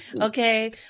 okay